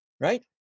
right